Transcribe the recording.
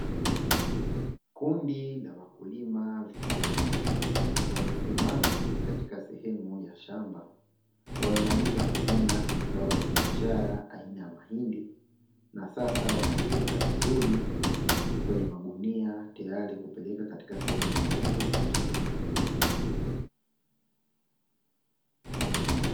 Kundi la wakulima vijana wamesimama katika sehemu ya shamba, wamemaliza kuvuna zao la biashara aina ya mahindi na sasa wanaliweka vizuri, kwenye magunia tayari kupeleka katika sehemu ya mauzo ya kilimo.